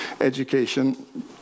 education